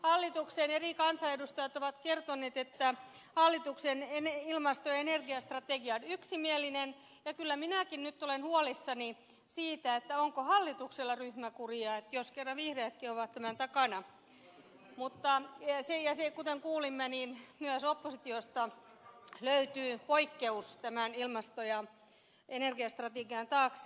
hallituksen eri kansanedustajat ovat kertoneet että hallituksen ilmasto ja energiastrategia on yksimielinen ja kyllä minäkin nyt olen huolissani siitä onko hallituksella ryhmäkuria jos kerran vihreätkin ovat tämän takana ja kuten kuulimme myös oppositiosta löytyy poikkeus tämän ilmasto ja energiastrategian taakse